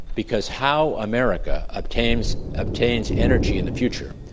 because how america obtains obtains energy in the future,